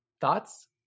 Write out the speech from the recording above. Thoughts